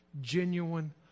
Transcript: genuine